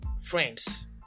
friends